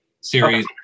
series